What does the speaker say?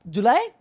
July